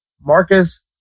Marcus